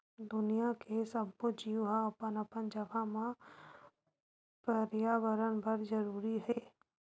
दुनिया के सब्बो जीव ह अपन अपन जघा म परयाबरन बर जरूरी हे